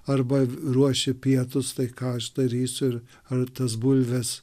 arba ruoši pietus tai ką darysiu ir ar tas bulves